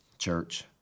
Church